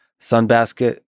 Sunbasket